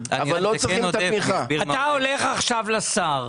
אתה הולך עכשיו לשר.